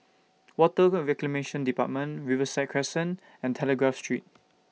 Water Reclamation department Riverside Crescent and Telegraph Street